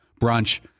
brunch